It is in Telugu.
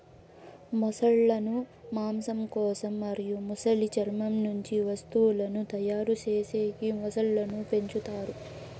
మొసళ్ళ ను మాంసం కోసం మరియు మొసలి చర్మం నుంచి వస్తువులను తయారు చేసేకి మొసళ్ళను పెంచుతారు